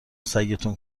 سگتون